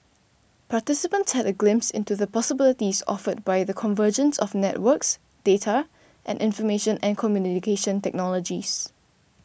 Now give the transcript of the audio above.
participants had a glimpse into the possibilities offered by the convergence of networks data and information and communication technologies